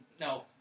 No